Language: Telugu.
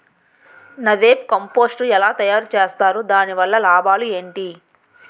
నదెప్ కంపోస్టు ఎలా తయారు చేస్తారు? దాని వల్ల లాభాలు ఏంటి?